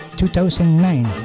2009